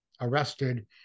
arrested